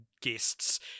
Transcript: guests